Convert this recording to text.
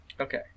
Okay